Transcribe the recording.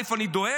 ראשית, אני דואג.